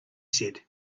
said